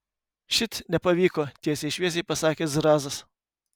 šit nepavyko tiesiai šviesiai pasakė zrazas